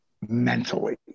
mentally